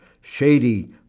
shady